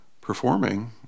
performing